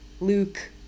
Luke